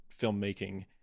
filmmaking